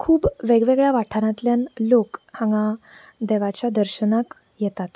खूब वेग वेगळ्या वाठारांतल्यान लोक हांगा देवाच्या दर्शनाक येतात